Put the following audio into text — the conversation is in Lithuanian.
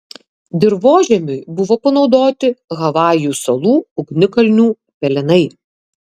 dirvožemiui buvo panaudoti havajų salų ugnikalnių pelenai